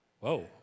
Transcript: whoa